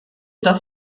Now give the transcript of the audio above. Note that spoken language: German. das